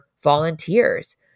volunteers